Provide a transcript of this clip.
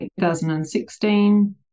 2016